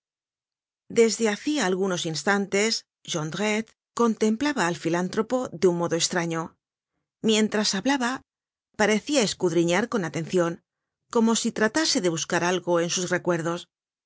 desde hacia algunos instantes jondrette contemplaba al filántropo content from google book search generated at un modo estraño mientras hablaba parecia escudriñar con atencion como si tratase de buscar algo en sus recuerdos de